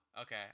Okay